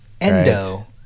endo